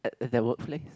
at at that work place